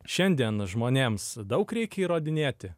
šiandien žmonėms daug reikia įrodinėti